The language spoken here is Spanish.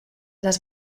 las